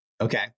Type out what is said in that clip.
Okay